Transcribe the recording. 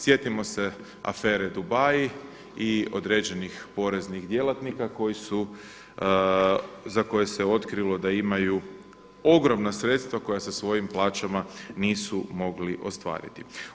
Sjetimo se afere Dubai i određenih poreznih djelatnika koji su, za koje se otkrilo da imaju ogromna sredstva koja sa svojim plaćama nisu mogli ostvariti.